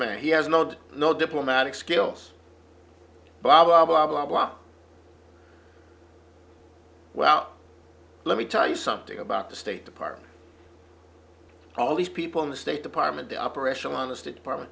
businessman he has not no diplomatic skills blah blah blah blah blah well let me tell you something about the state department all these people in the state department the upper echelon the state department